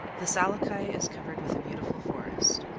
the salahkai is covered with a beautiful forest.